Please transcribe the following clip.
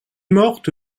morte